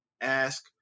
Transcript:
ask